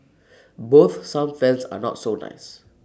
both some fans are not so nice